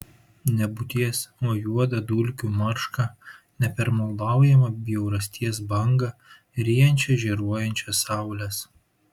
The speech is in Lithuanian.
nebūties o juodą dulkių maršką nepermaldaujamą bjaurasties bangą ryjančią žėruojančias saules